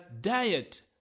diet